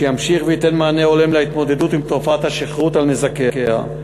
שימשיך וייתן מענה הולם להתמודדות עם תופעת השכרות על נזקיה,